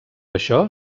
això